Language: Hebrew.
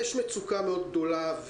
יש מצוקה מאוד גדולה,